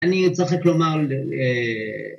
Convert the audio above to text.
‫אני צריך רק לומר...